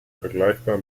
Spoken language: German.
vergleichbar